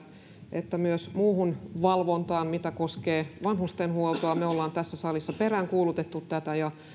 että myös muuhun valvontaan mikä koskee vanhustenhuoltoa me olemme tässä salissa peräänkuuluttaneet tätä ja